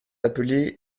appelés